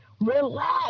relax